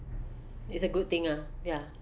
it's a good thing ah ya